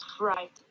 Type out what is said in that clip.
right